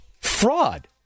fraud